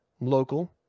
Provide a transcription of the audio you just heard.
local